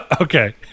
Okay